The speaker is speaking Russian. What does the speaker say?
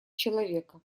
человека